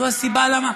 זו הסיבה למה,